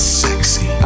sexy